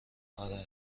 آره